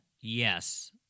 Yes